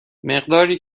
مقداری